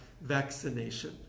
vaccination